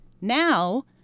Now